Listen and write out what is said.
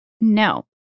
No